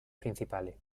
principales